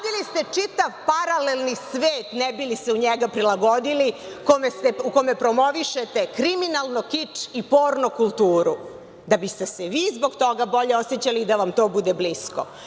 radili. Izgradili ste čitav paralelni svet ne bi li se u njega prilagodili u kome promovišete kriminalno, kič i porno kulturu, da biste se vi zbog toga bolje osećali i da vam to bude blisko.U